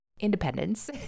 independence